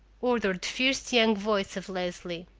ordered the fierce young voice of leslie.